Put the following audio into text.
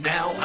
Now